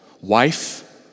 Wife